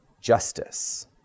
justice